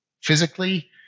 physically